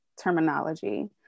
terminology